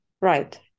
right